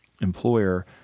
employer